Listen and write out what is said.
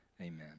Amen